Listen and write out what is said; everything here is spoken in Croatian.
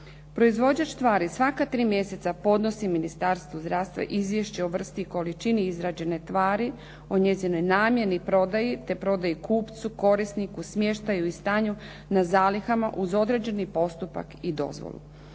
Proizvođač tvari svaka tri mjeseca podnosi Ministarstvu zdravstva izvješće o vrsti i količini izrađene tvari, o njezinoj namjeni, prodaji, te prodaji kupcu, korisniku, smještaju i stanju na zalihama uz određeni postupak i dozvolu.